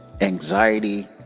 Anxiety